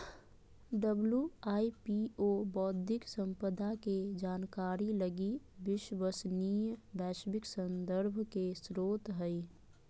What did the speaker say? WIPO बौद्धिक संपदा के जानकारी लगी विश्वसनीय वैश्विक संदर्भ के स्रोत हइ